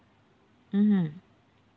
mmhmm